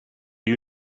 you